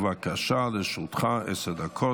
בבקשה, לרשותך עשר דקות.